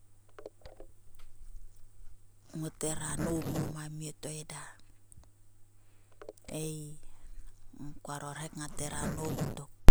Ngot hera nop mo mnam a mie to eda ei kuaro ek ngat hera nop tok.